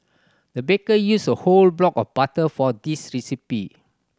the baker used a whole block of butter for this recipe